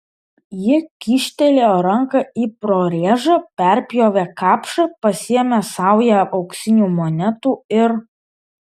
ji kyštelėjo ranką į prorėžą perpjovė kapšą pasėmė saują auksinių monetų ir